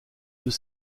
deux